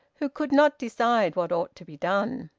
who could not decide what ought to be done.